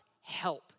help